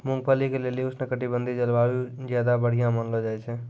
मूंगफली के लेली उष्णकटिबंधिय जलवायु ज्यादा बढ़िया मानलो जाय छै